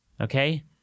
Okay